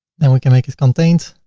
then we can make it contained.